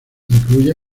incluye